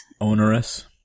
Onerous